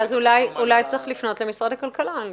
אולי צריך לפנות למשרד הכלכלה,